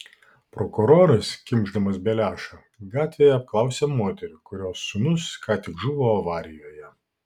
prokuroras kimšdamas beliašą gatvėje apklausia moterį kurios sūnus ką tik žuvo avarijoje